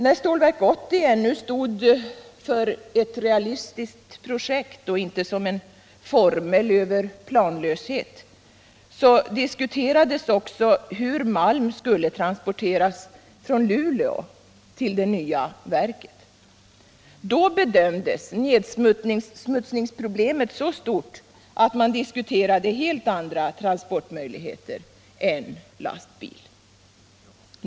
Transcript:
När Stålverk 80 ännu framstod som ett realistiskt projekt och inte som en formel över planlöshet, diskuterades också hur malm skulle transporteras från Luleå till det nya verket. Då bedömdes nedsmutsningsproblemet vara så stort att man diskuterade helt andra transportmöjligheter än lastbil.